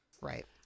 right